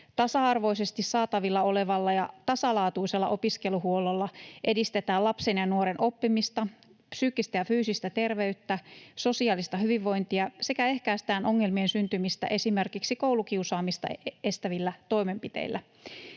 Tasa-arvoisesti saatavilla olevalla ja tasalaatuisella opiskeluhuollolla edistetään lapsen ja nuoren oppimista, psyykkistä ja fyysistä terveyttä, sosiaalista hyvinvointia sekä ehkäistään ongelmien syntymistä esimerkiksi koulukiusaamista estävillä toimenpiteillä.